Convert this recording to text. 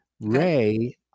Ray